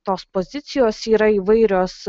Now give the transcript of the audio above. tos pozicijos yra įvairios